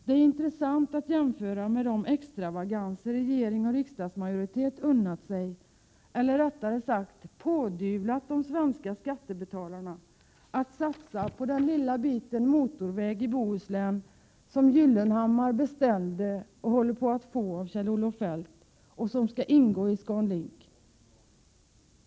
Det är intressant att jämföra med de extravaganser regering och riksdagsmajoritet unnat sig, eller rättare sagt pådyvlat de svenska skattebetalarna, genom att satsa på den lilla biten motorväg i Bohuslän som Gyllenhammar beställde och håller på att få av Kjell-Olof Feldt och som skall ingå i ScanLink.